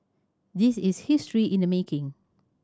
this is history in the making